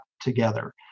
together